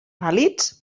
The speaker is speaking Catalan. vàlids